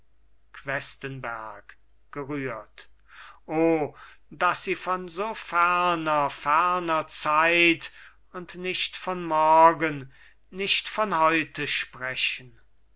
questenberg gerührt o daß sie von so ferner ferner zeit und nicht von morgen nicht von heute sprechen